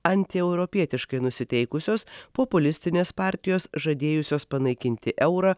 antieuropietiškai nusiteikusios populistinės partijos žadėjusios panaikinti eurą